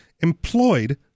employed